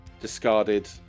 discarded